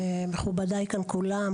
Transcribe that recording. מכובדיי כאן כולם,